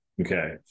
Okay